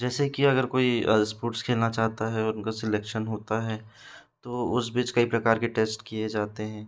जैसे कि अगर कोई स्पोर्ट्स खेलना चाहता है उनका सिलेक्शन होता है तो उस बीच कई प्रकार की टेस्ट किए जाते हैं